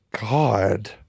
god